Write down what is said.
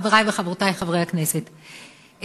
חברי וחברותי חברי הכנסת,